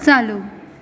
चालू